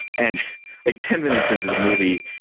and like ten minutes into the movie,